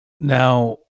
Now